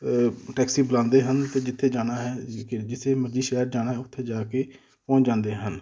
taxi ਬੁਲਾਉਂਦੇ ਹਨ ਅਤੇ ਜਿੱਥੇ ਜਾਣਾ ਹੈ ਜਿੱਥੇ ਮਰਜ਼ੀ ਸ਼ਹਿਰ ਜਾਣਾ ਉੱਥੇ ਜਾ ਕੇ ਪਹੁੰਚ ਜਾਂਦੇ ਹਨ